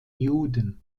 juden